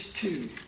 two